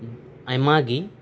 ᱟᱭᱢᱟᱜᱮ